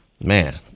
man